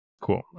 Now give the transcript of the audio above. Cool